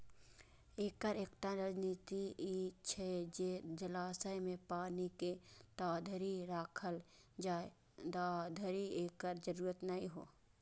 एकर एकटा रणनीति ई छै जे जलाशय मे पानि के ताधरि राखल जाए, जाधरि एकर जरूरत नै हो